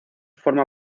forma